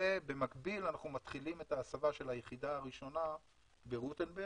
ובמקביל אנחנו מתחילים את ההסבה של היחידה הראשונה ברוטנברג